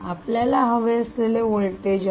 हे आपल्याला हवे असलेले व्होल्टेज आहे